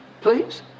Please